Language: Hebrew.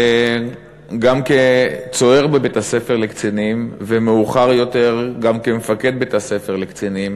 גם כצוער בבית-הספר לקצינים ומאוחר יותר גם כמפקד בית-הספר לקצינים,